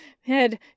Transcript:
head